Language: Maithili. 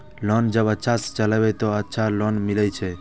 लोन जब अच्छा से चलेबे तो और ज्यादा लोन मिले छै?